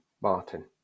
Martin